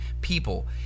People